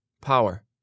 power